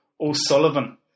O'Sullivan